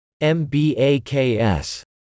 MBAKS